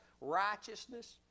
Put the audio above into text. righteousness